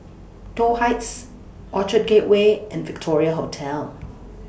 Toh Heights Orchard Gateway and Victoria Hotel